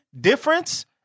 difference